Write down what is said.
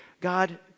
God